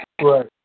Right